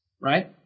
right